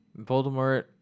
Voldemort